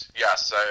Yes